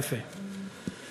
יפה.